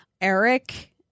Eric